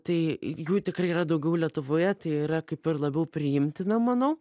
tai jų tikrai yra daugiau lietuvoje tai yra kaip ir labiau priimtina manau